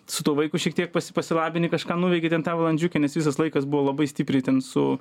su tuo vaiku šiek tiek pasi pasilabini kažką nuveiki ten tą valandžiukę nes visas laikas buvo labai stipriai ten su